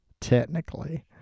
technically